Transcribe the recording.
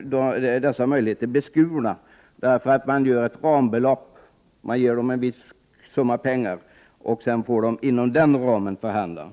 dag är dessa möjligheter beskurna därigenom att man anslår en viss summa pengar, inom vilket rambelopp de får förhandla.